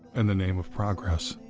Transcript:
in the name of progress.